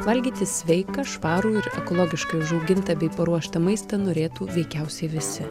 valgyti sveiką švarų ir ekologiškai užaugintą bei paruoštą maistą norėtų veikiausiai visi